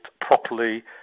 properly